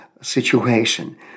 situation